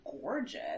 gorgeous